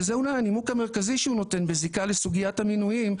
וזה אולי הנימוק המרכזי שהוא נותן בזיקה לסוגיית המינויים,